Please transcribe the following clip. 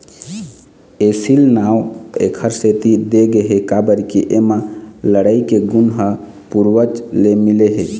एसील नांव एखरे सेती दे गे हे काबर के एमा लड़ई के गुन ह पूरवज ले मिले हे